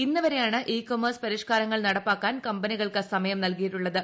ഇന്ന് വരെയാണ് e commerce പരിഷ്കാരങ്ങൾ നടപ്പാക്കാൻ കമ്പനികൾക്ക് സമയം നൽകിയിട്ടുള്ളത്